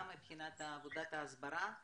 גם מבחינת עבודת ההסברה,